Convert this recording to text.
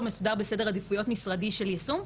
מסודר בסדר עדיפויות משרדי של יישום,